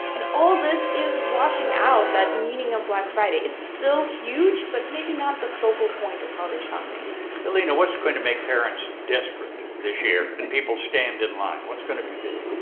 and all this is washing out that meaning of black friday. it's still huge but maybe not the focal point of holiday shopping alina, what's going to make parents desperate this year and people stand in line? what's going to be big?